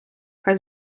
хай